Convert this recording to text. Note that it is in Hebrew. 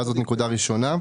זאת שאלה ראשונה.